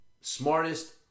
smartest